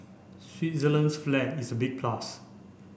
Switzerland's flag is a big plus